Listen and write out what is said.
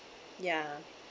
ya